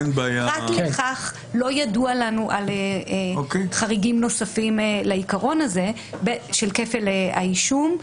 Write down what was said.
פרט לכך לא ידוע לנו על חריגים נוספים לעיקרון הזה של כפל האישום,